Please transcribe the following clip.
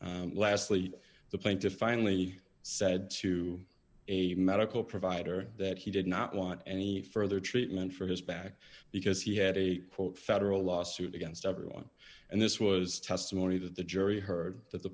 lastly the plaintiff finally said to a medical provider that he did not want any further treatment for his back because he had a quote federal lawsuit against everyone and this was testimony that the jury heard that the